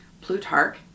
Plutarch